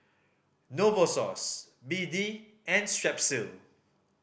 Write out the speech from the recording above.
Novosource B D and Strepsil